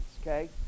okay